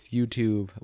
YouTube